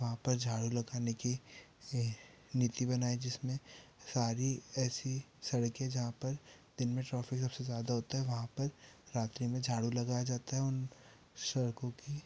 वहाँ पर झाड़ू लगाने की ये नीति बनाई जिसमें सारी ऐसी सड़कें जहाँ पर दिन में ट्रॉफिक सबसे ज़्यादा होता है वहाँ पर रात्री में झाड़ू लगाया जाता है उन सड़कों की